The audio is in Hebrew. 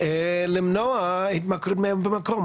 למנוע התמכרות במקור.